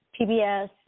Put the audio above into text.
PBS